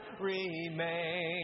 remain